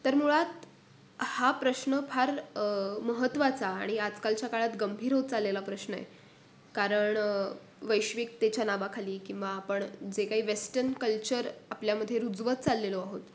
तर मुळात हा प्रश्न फार महत्त्वाचा आणि आजकालच्या काळात गंभीर होत चाललेला प्रश्न आहे कारण वैश्विकतेच्या नावाखाली किंवा आपण जे काही वेस्टन कल्चर आपल्यामध्ये रुजवत चाललेलो आहोत